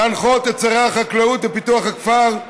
להנחות את שרי החקלאות ופיתוח הכפר,